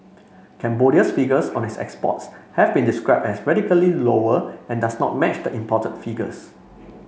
Cambodia's figures on its exports have been described as radically lower and does not match the imported figures